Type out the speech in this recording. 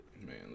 Man